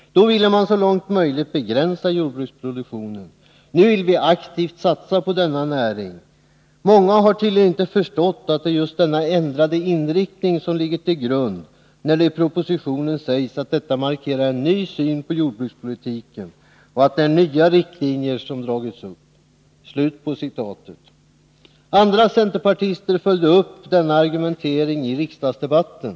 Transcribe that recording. Då ville man så långt möjligt begränsa jordbruksproduktionen. Nu vill vi aktivt satsa på denna näring. Många har tydligen inte förstått att det är just denna ändrade inställning som ligger till grund när det i propositionen sägs att den markerar en ny syn på jordbrukspolitiken och att det är nya riktlinjer som nu dragits upp.” Andra centerpartister följde upp denna argumentering i riksdagsdebatten.